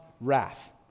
wrath